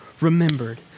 remembered